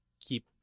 keep